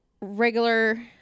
regular